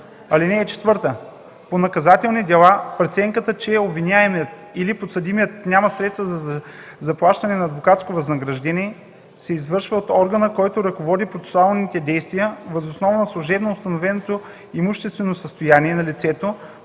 обстоятелства. (4) По наказателни дела преценката, че обвиняемият или подсъдимият няма средства за заплащане на адвокатско възнаграждение, се извършва от органа, който ръководи процесуалните действия, въз основа на служебно установеното имуществено състояние на лицето